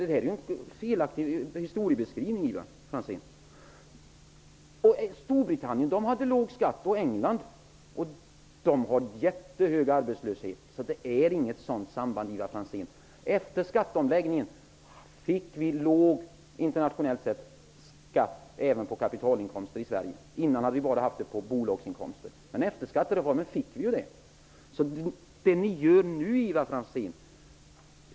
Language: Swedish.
Ge inte en felaktig historieskrivning, Ivar Storbritannien hade låg skatt. Men där är arbetslösheten jättehög. Det råder inte något sådant samband, Ivar Franzén. Efter skatteomläggningen blev, internationellt sett, skatten låg även på kapitalinkomster i Sverige. Tidigare var det bara på bolagsinkomster. Men efter skattereformen blev det så.